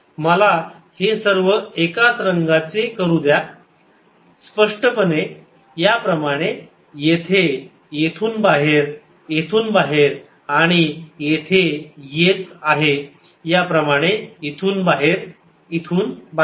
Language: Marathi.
मला हे सर्व एकाच रंगाच्या करू द्या स्पष्टपणे याप्रमाणे येथे येथून बाहेर येथून बाहेर आणि येथे येते याप्रमाणे इथून बाहेर इथून बाहेर